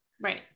right